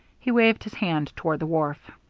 he waved his hand toward the wharf.